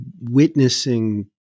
witnessing